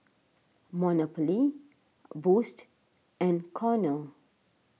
Monopoly Boost and Cornell